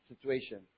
situation